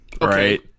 right